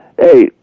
Hey